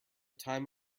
time